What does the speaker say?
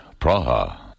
Praha